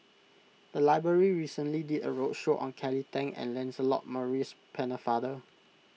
the library recently did a roadshow on Kelly Tang and Lancelot Maurice Pennefather